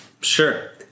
Sure